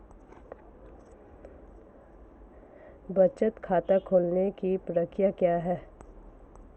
बचत खाता खोलने की प्रक्रिया क्या है?